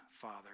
Father